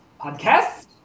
podcast